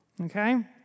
Okay